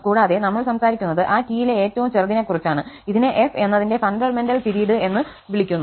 കൂടാതെ നമ്മൾ സംസാരിക്കുന്നത് ആ T യിലെ ഏറ്റവും ചെറുതിനെക്കുറിച്ചാണ് ഇതിനെ f എന്നതിന്റെ ഫണ്ടമെന്റൽ പിരീഡ് എന്ന് വിളിക്കുന്നു